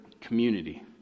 community